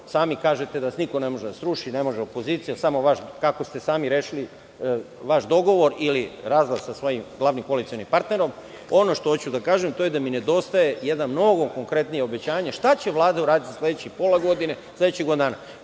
Sami kažete da niko ne može da vas sruši, ne može opozicija samo, kako ste sami rešili vaš dogovor, ili razlaz sa svojim glavnim koalicionim partnerom. Ono što hoću da kažem je da mi nedostaje jedno novo, konkretnije obećanje – šta će Vlada uraditi u sledećih pola godine, u sledećih godinu